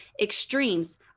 Extremes